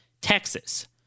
Texas